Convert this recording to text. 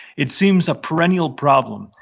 it seems a perennial problem.